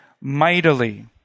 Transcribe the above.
mightily